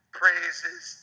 praises